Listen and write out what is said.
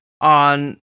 on